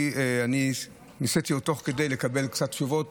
ואני ניסיתי עוד תוך כדי כך לקבל קצת תשובות.